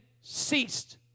ceased